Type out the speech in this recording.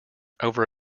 over